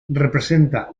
representa